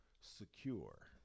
secure